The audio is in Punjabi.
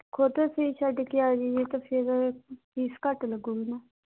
ਖੁਦ ਅਸੀਂ ਛੱਡ ਕੇ ਆ ਜਈਏ ਤਾਂ ਫ਼ਿਰ ਫੀਸ ਘੱਟ ਲੱਗੂਗੀ ਨਾ